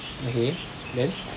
okay then